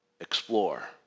Explore